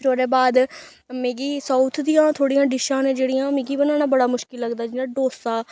फिर ओहदे बाद मिगी साउथ दियां थोह्ड़ियां डिशां न जेह्ड़ियां मिगी बनाना बड़ियां मुश्किल लगदा जि'यां डोसा